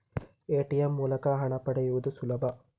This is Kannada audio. ಎ.ಟಿ.ಎಂ ಮೂಲಕ ಹಣ ಪಡೆಯುವುದು ಸುಲಭ